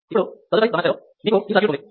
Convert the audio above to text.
ఇప్పుడు తదుపరి సమస్య లో మీకు ఈ సర్క్యూట్ ఉంది